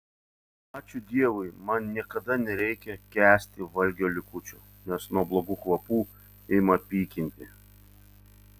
ačiū dievui man niekada nereikia kęsti valgio likučių nes nuo blogų kvapų ima pykinti